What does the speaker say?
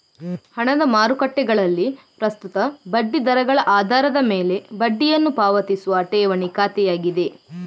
ಹಣದ ಮಾರುಕಟ್ಟೆಗಳಲ್ಲಿ ಪ್ರಸ್ತುತ ಬಡ್ಡಿ ದರಗಳ ಆಧಾರದ ಮೇಲೆ ಬಡ್ಡಿಯನ್ನು ಪಾವತಿಸುವ ಠೇವಣಿ ಖಾತೆಯಾಗಿದೆ